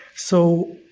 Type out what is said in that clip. so,